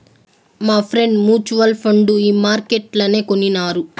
మాఫ్రెండ్ mutual fund ఈ మార్కెట్లనే కొనినారు